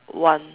one